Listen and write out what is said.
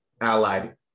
allied